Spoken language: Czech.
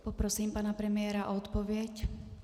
Poprosím pana premiéra o odpověď.